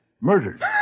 Murdered